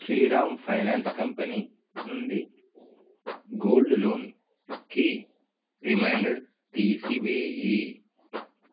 Sriram finance company నుండి gold లోన్కి reminder తీసివేయి